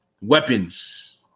weapons